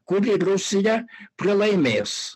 kur ir rusija pralaimės